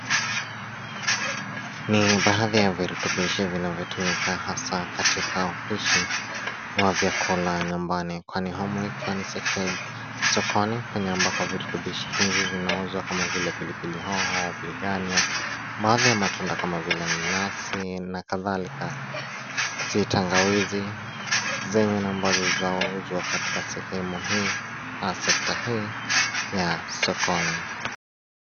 Ni baadhi ya virutubishi vinavyotumika hasa katika upishi wa vyakula nyumbani kwani humu ikiwa ni sekta ya sokoni kwenye ambako virutibishi hivi vinauzwa kama vile pilipili hoho, biringanya baadhi ya matunda kama vile nanasi na kadhalika. Si tangawizi zenye na ambazo zauzwa katika sehemu hii au sekta hii ya sokoni.